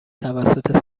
توسط